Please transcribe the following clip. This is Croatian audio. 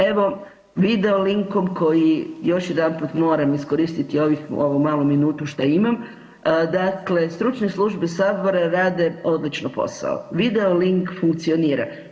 Evo video linkom koji još jedanput moram iskoristiti ovih, ovu malo minutu šta imam, dakle stručne službe sabora rade odlično posao, video link funkcionira.